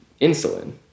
insulin